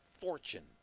fortune